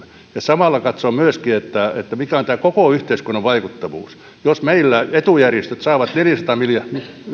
ja samalla katsoa myöskin mikä on tämä koko yhteiskunnan vaikuttavuus jos meillä etujärjestöt saavat neljänsadan